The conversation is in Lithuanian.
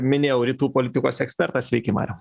minėjau rytų politikos ekspertas sveiki mariau